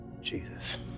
Jesus